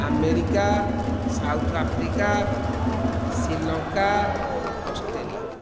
America South Africa Sri Lanka Australia